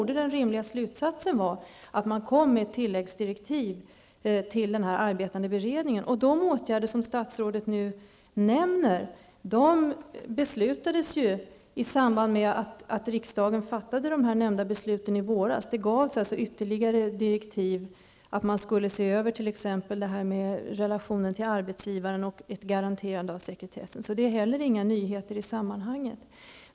Den rimliga slutsatsen av det måste vara att man tänker ge den arbetande beredningen tilläggsdirektiv. De åtgärder som statsrådet nu nämner beslutades ju i samband med att riksdagen i våras fattade de nämnda besluten. Det gavs alltså ytterligare direktiv att man skulle se över relationen till arbetsgivaren och ett garanterande av sekretessen. Det är alltså inte heller några nyheter i sammanhanget.